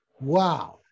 Wow